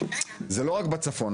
זה לא רק בצפון,